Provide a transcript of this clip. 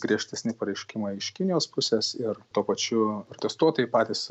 griežtesni pareiškimai iš kinijos pusės ir tuo pačiu protestuotojai patys